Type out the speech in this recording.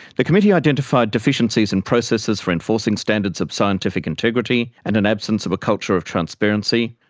the committee identified deficiencies in processes for enforcing standards of scientific integrity and an absence of a culture of transparency,